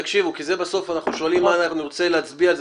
תקשיבו כי אנחנו שואלים על מה נרצה להצביע בסוף אז